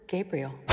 Gabriel